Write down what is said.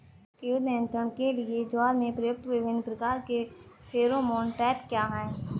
कीट नियंत्रण के लिए ज्वार में प्रयुक्त विभिन्न प्रकार के फेरोमोन ट्रैप क्या है?